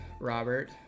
Robert